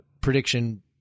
prediction